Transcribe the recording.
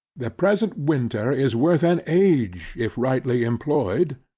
the present winter is worth an age if rightly employed,